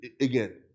again